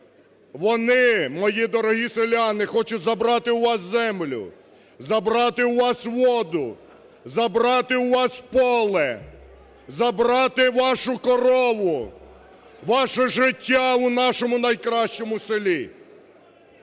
Вони, мої дорогі селяни, хочуть забрати у вас землю, забрати у вас воду, забрати у вас поле, забрати вашу корову, ваше життя у нашому найкращому селі.